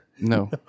No